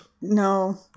no